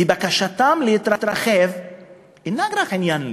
בקשתם להתרחב אינה רק עניין,